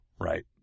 right